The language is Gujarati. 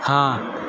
હા